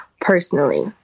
personally